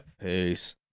Peace